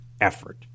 effort